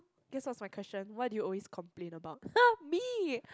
this was my question what do you always complain about me